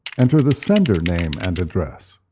enter the sender name and address.